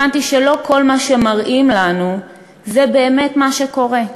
הבנתי שלא כל מה שמראים לנו זה באמת מה שקורה,